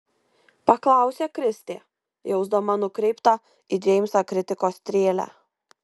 paklausė kristė jausdama nukreiptą į džeimsą kritikos strėlę